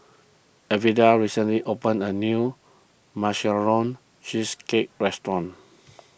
recently opened a new Marshmallow Cheesecake restaurant